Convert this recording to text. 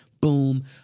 Boom